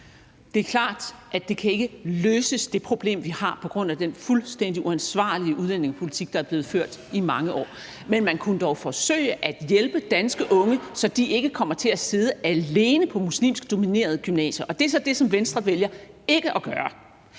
Det er klart, at det problem, vi har, ikke kan løses på grund af den fuldstændig uansvarlige udlændingepolitik, der er blevet ført i mange år, men man kunne dog forsøge at hjælpe danske unge, så de ikke kommer til at sidde alene på muslimsk dominerede gymnasier, og det er så det, som Venstre vælger ikke at gøre.